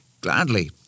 gladly